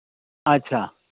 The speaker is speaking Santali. ᱟᱪᱪᱷᱟ